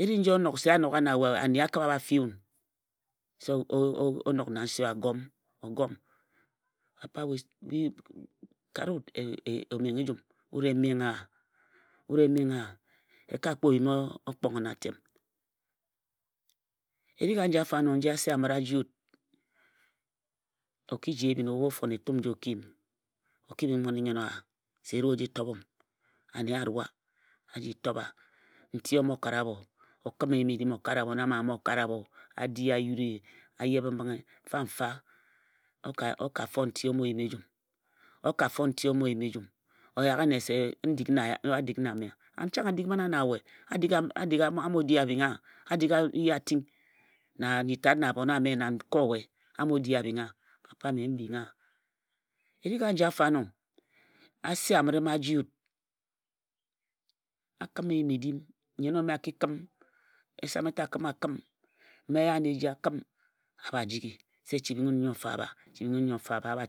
E ri nji nchot o chot na ye. E ri nji onok se ye a nogha na we ane a kibha a fii wun. Se o nok na nse owa gum. O gum. Papa we kare wut o menghe ejum wut emenghe wa. Wut e menghe wa. E ka kpo yim okponghe na atem. Erik aji afo ano nji ase amire a jii wut, o ki ji ebhinj ebhu o fon etum nji o ki yim, o ki bhing mmoni nnyien owa se e rue oji tobham. Ane a rua a ji tob wa. Nti o mo kare abho. O kim eyim-edim o kare abho. O nam aminm o kare abho a di a yuri a yebhe mbinghe. Fa mfa o ka fon nti o mo yim ejum. O ka fon nti o mo yim ejum. O yaghe nne se odik na mme an chang a dik na we a mo di abhing a, a di ye ating na nji tat na abhon ame na nkae owe a mo di a bhing wa. Papa mme m bing wa. Eric aji afoano ase mma a jii wut a kima eyim-edim, nnyen ome a ki kim. Esam takim a kim mma Eya Neji a kim a bha jighi se chi bing wu nyo mfo a bha, chi bing nyonfo a bha.